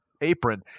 apron